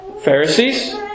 Pharisees